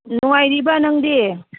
ꯅꯨꯡꯉꯥꯏꯔꯤꯕ꯭ꯔ ꯅꯪꯗꯤ